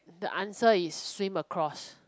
the answer is swim across